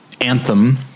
anthem